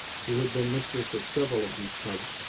who had been mistress of several of these cubs,